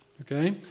Okay